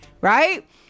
right